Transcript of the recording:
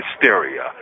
hysteria